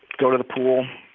go to the pool,